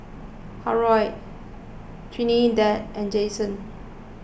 Harold Trinidad and Jensen